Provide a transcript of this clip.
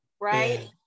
right